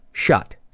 shut.